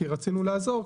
כי רצינו לעזור,